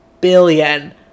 billion